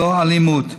ללא אלימות.